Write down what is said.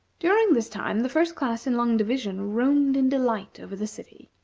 during this time the first class in long division roamed, in delight, over the city.